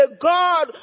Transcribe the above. God